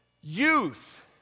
Youth